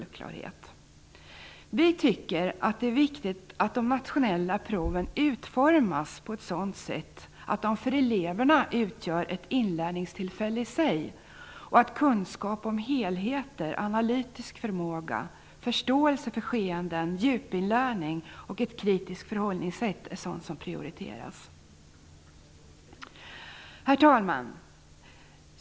Vi tycker att det är viktigt att de nationella proven utformas på ett sådant sätt att de för eleverna utgör ett inlärningstillfälle i sig och att kunskap om helheter, analytisk förmåga, förståelse för skeenden, djupinlärning och ett kritiskt förhållningssätt är sådant som prioriteras. Herr talman!